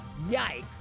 Yikes